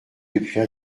depuis